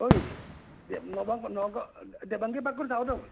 অই দে নগাঁও নগাঁও দে দেৱাংগী পাৰ্ক যাওঁ